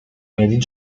mieli